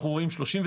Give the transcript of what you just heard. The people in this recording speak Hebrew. אנו רואים 39%,